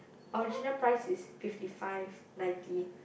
original price is fifty five ninety